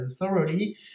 thoroughly